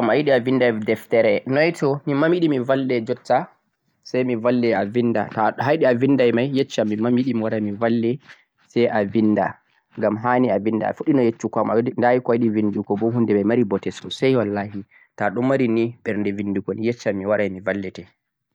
a meeɗi no yeccu go am a yiɗi a binnda deftere noy to?, min ma mi yiɗi mi balle jotta say mi balle a binnda. To a yiɗi a binnday may yeccam min ma mi yiɗi mi wara mi balle say a binnda ngam ha ni a binnda, a fuɗɗi yeccu go am da ko a yiɗi binndugo bo huunde may ɗo mari bote soosay wallahi to to ɗo mari ni ɓerde binndugo ni yeccam mi waray mi ballete.